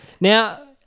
Now